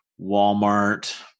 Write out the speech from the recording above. Walmart